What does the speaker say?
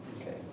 Okay